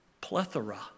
plethora